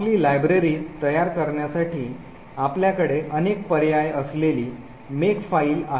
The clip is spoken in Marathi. आपली लायब्ररी तयार करण्यासाठी आपल्याकडे अनेक पर्याय असलेली मेकफाईल आहे